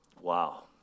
Wow